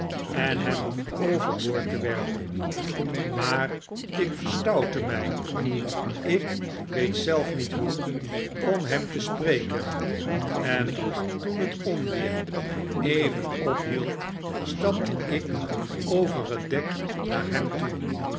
en hem over boord te werpen maar ik verstoutte my ik weet zelf niet hoe tot hem te spreken en toen het onweer even op hield stapte ik over het dek naar hem toe